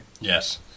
Yes